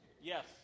Yes